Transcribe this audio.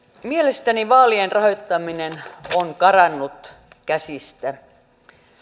mielestäni vaalien rahoittaminen on karannut käsistä